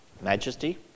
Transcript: majesty